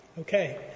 Okay